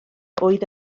oedd